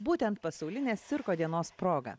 būtent pasaulinės cirko dienos proga